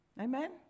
Amen